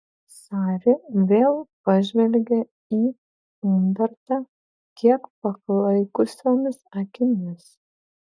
sari vėl pažvelgia į umbertą kiek paklaikusiomis akimis